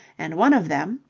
and one of them,